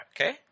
okay